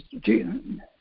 June